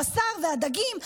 הבשר והדגים,